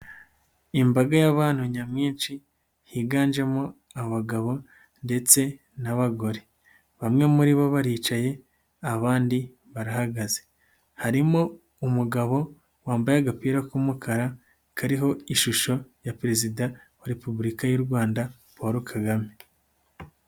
Imbaga y'abantu nyamwinshi, higanjemo abagabo, ndetse n'abagore, bamwe muri bo baricaye, abandi barahagaze. Harimo umugabo wambaye agapira k'umukara, kariho ishusho ya perezida wa repubulika y'u Rwanda Paul Kagame.